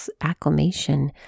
acclamation